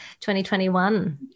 2021